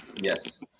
Yes